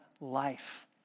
life